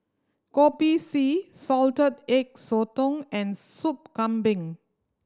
Kopi C Salted Egg Sotong and Sop Kambing